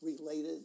related